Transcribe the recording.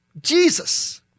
Jesus